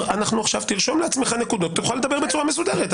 תרשום לעצמך נקודות, תוכל לדבר בצורה מסודרת.